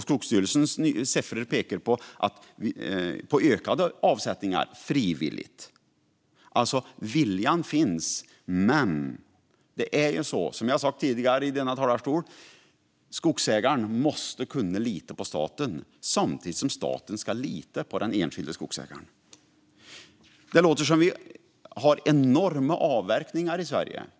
Skogsstyrelsens siffror pekar också på ökade frivilliga avsättningar. Viljan finns alltså. Men skogsägaren måste, som jag har sagt tidigare i denna talarstol, kunna lita på staten samtidigt som staten ska lita på den enskilde skogsägaren. Det låter som att vi har enorma avverkningar i Sverige.